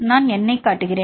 நான் எண்ணைக் காட்டுகிறேன்